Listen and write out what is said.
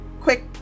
quick